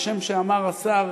כשם שאמר השר,